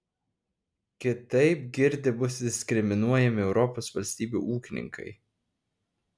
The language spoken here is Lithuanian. kitaip girdi bus diskriminuojami europos valstybių ūkininkai